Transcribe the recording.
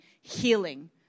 healing